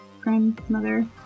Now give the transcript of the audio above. grandmother